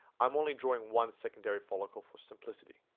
i'm only drawing one secondary follicle for simplicity